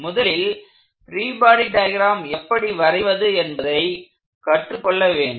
முதலில் free body diagram எப்படி வரைவது என்பதை கற்றுக்கொள்ள வேண்டும்